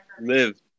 live